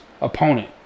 opponent